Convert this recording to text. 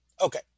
Okay